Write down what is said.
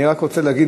אני רק רוצה להגיד,